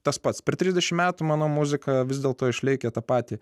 tas pats per trisdešimt metų mano muzika vis dėlto išlaikė tą patį